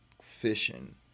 fishing